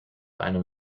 einem